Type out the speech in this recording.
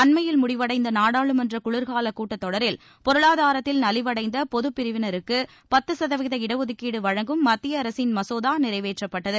அண்மையில் முடிவடைந்த நாடாளுமன்ற குளிர்கால கூட்டத்தொடரில் பொருளாதாரத்தில் நலிவடைந்த பொதப்பிரிவினருக்கு பத்து சதவீத இடஒதுக்கீடு வழங்கும் மத்திய அரசின் மசோதா நிறைவேற்றப்பட்டது